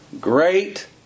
Great